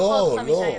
אין עוד חמישה ימים.